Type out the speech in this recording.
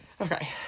Okay